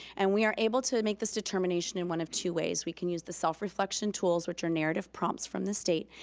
and we are able to make this determination in one of two ways, we can use the self-reflection tools, which are narrative prompts from the state,